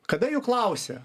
kada jų klausė